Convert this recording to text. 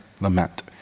lament